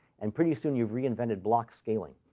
and pretty soon, you've reinvented block scaling.